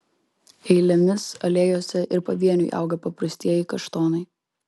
eilėmis alėjose ir pavieniui auga paprastieji kaštonai